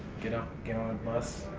get up, get on a bus,